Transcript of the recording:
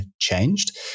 changed